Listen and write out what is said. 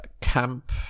camp